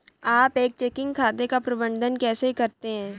आप एक चेकिंग खाते का प्रबंधन कैसे करते हैं?